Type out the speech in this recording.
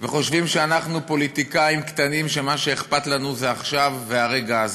חושבים שאנחנו פוליטיקאים קטנים שמה שאכפת לנו זה עכשיו והרגע הזה.